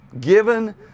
given